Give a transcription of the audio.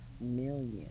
million